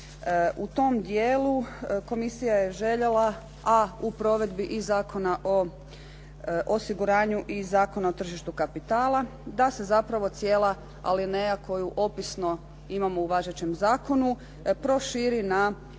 U tom dijelu komisija je željela a u provedbi i Zakona o osiguranju i Zakona o tržištu kapitala da se zapravo cijela alineja koju opisno imamo u važećem zakonu proširi na brojeve,